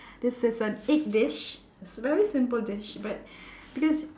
this is an egg dish it's very simple dish but because